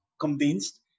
convinced